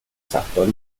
sutton